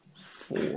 four